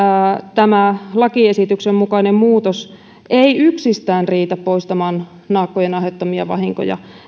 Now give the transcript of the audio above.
tämä lakiesityksen mukainen muutos ei yksistään riitä poistamaan naakkojen aiheuttamia vahinkoja